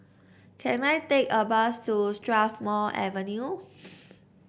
can I take a bus to Strathmore Avenue